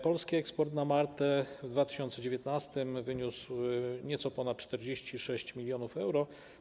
Polski eksport na Maltę w 2019 r. wyniósł nieco ponad 46 mln euro.